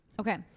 Okay